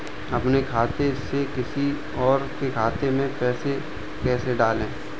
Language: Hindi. अपने खाते से किसी और के खाते में पैसे कैसे डालें?